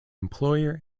employer